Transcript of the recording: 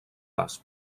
pas